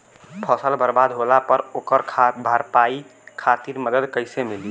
फसल बर्बाद होला पर ओकर भरपाई खातिर मदद कइसे मिली?